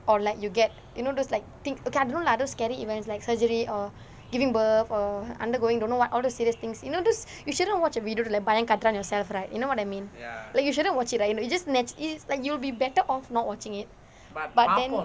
or like you get you know those like thing okay I don't know lah those like scary events like surgery or giving birth or undergoing don't know what all those serious things you know those you shouldn't watch a video to like பயம் காட்டுறான்:bayam kaaturaan yourself right you know what I mean like you shouldn't watch it right you know you just nat~ like you'll be better off not watching it but then